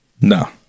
No